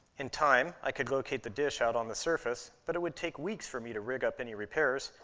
in time, i could locate the dish out on the surface, but it would take weeks for me to rig up any repairs,